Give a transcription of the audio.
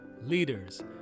leaders